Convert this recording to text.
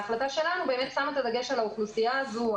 ההחלטה שלנו שמה את הדגש על האוכלוסייה הזו,